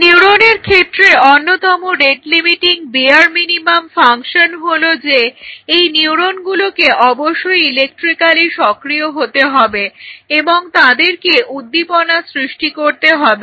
নিউরোনের ক্ষেত্রে অন্যতম rate limiting bare minimum function হলো যে এই নিউরনগুলোকে অবশ্যই ইলেকট্রিক্যালি সক্রিয় হতে হবে এবং তাদেরকে উদ্দীপনা সৃষ্টি করতে হবে